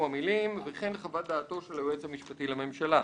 המילים: "וכן חוות דעתו של היועץ המשפטי לממשלה".